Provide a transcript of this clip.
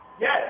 Yes